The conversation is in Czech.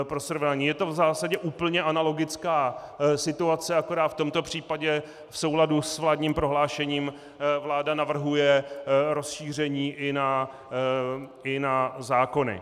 Pro srovnání, je to v zásadě úplně analogická situace, akorát v tomto případě v souladu s vládním prohlášením vláda navrhuje rozšíření i na zákony.